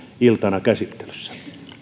iltana käsittelyssä